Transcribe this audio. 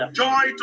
joy